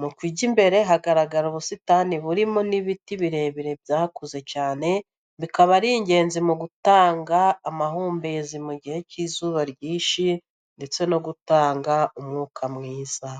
mu kigo imbere hagaragara ubusitani burimo n'ibiti birebire byakuze cyane, bikaba ari ingenzi mu gutanga amahumbezi mu gihe cy'izuba ryinshi ndetse no gutanga umwuka mwiza.